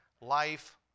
life